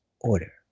Order